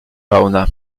fauna